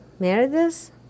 Meredith